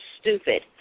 stupid